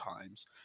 times